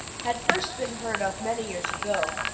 had first been heard of many years ago,